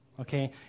Okay